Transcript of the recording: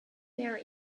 there